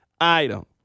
item